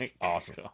Awesome